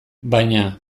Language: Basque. baina